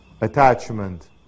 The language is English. Attachment